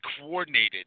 coordinated